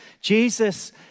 Jesus